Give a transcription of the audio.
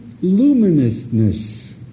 luminousness